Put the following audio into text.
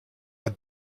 are